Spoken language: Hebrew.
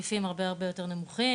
בהיקפים הרבה יותר נמוכים